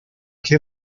che